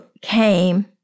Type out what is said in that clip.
came